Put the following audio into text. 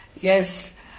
Yes